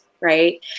right